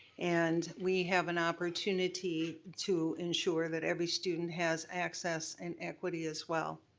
and we have an opportunity to ensure that every student has access and equity as well.